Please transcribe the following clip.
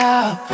up